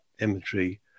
imagery